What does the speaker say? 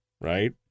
right